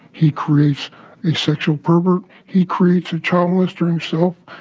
he creates a sexual pervert. he creates a child molester himself.